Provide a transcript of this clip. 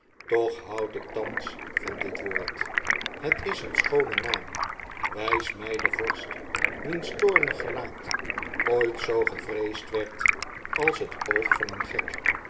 toch houd ik thans van dit woord het is een schoone naam wijs mij den vorst wiens toornig gelaat ooit zoo gevreesd werd als het oog van een gek